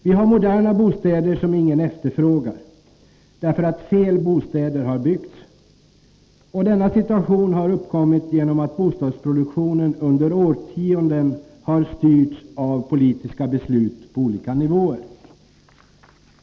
Vi har moderna bostäder som ingen efterfrågar, därför att fel bostäder har byggts. Denna situation har uppkommit genom att bostadsproduktionen under årtionden har styrts av politiska beslut på olika nivåer.